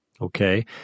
Okay